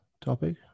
topic